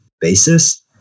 basis